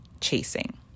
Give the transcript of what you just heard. chasing